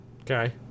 Okay